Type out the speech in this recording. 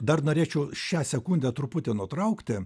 dar norėčiau šią sekundę truputį nutraukti